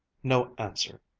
no answer.